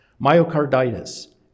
myocarditis